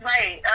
Right